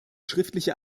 schriftliche